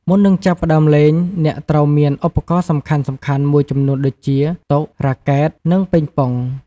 មុននឹងចាប់ផ្ដើមលេង អ្នកត្រូវមានឧបករណ៍សំខាន់ៗមួយចំនួនដូចជា តុ រ៉ាកែត និងប៉េងប៉ុង។